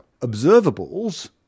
Observables